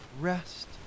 rest